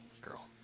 girl